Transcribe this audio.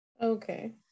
Okay